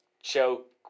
choke